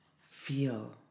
Feel